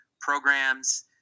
programs